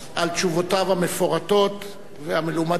על תשובותיו המפורטות והמלומדות,